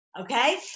okay